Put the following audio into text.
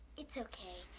it's okay.